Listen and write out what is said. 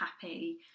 happy